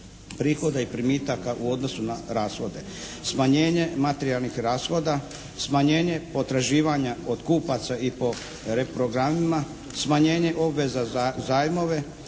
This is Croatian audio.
prihoda i primitaka u odnosu na rashode, smanjenje materijalnih rashoda, smanjenje potraživanja od kupaca i po reprogramima, smanjenje obveza za zajmove,